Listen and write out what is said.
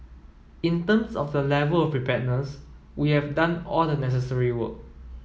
in terms of the level of preparedness we have done all the necessary work